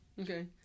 Okay